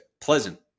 pleasant